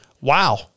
wow